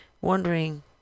wondering